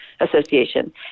association